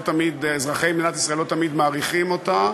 לא תמיד אזרחי מדינת ישראל מעריכים אותה.